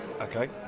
Okay